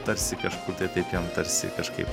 tarsi kažkur taip jam tarsi kažkaip